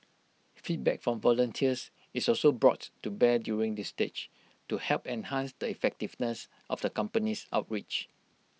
feedback from volunteers is also brought to bear during this stage to help enhance the effectiveness of the company's outreach